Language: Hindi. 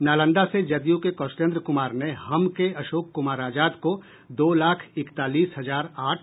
नालंदा से जदयू के कौशलेंद्र कुमार ने हम के अशोक कुमार आजाद को दो लाख इकतालीस हजार आठ